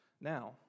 Now